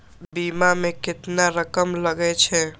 बीमा में केतना रकम लगे छै?